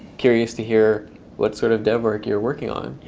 curious to hear what sort of dev work you're working on.